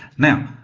now,